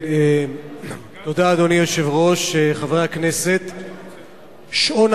אדוני היושב-ראש, אני